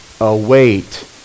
await